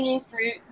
fruit